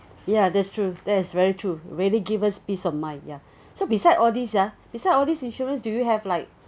ya that's true that's very true really give us peace of mind ya so beside all these ah beside all these insurance do you have like